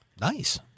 nice